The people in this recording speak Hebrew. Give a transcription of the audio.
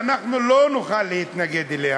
שאנחנו לא נוכל להתנגד לה,